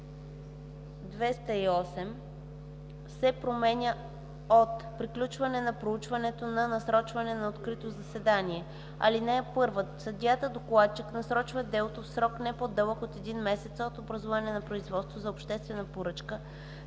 чл. 208 се променя от „Приключване на проучването” на „Насрочване на открито заседание”. „(1) Съдията-докладчик насрочва делото в срок не по-дълъг от един месец от образуването на производството за обществени поръчки